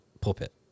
pulpit